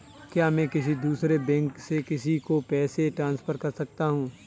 क्या मैं किसी दूसरे बैंक से किसी को पैसे ट्रांसफर कर सकता हूँ?